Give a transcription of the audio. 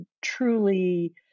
truly